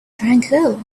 tranquil